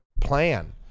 plan